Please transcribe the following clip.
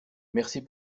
merci